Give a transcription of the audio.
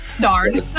Darn